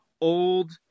old